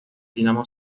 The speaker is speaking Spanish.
dinamo